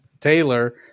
Taylor